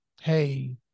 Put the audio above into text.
Hey